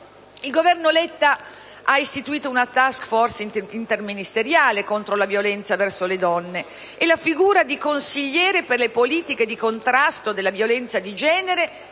Il Governo Letta ha istituito una*task force* interministeriale contro la violenza verso le donne e la figura di consigliere per le politiche di contrasto alla violenza di genere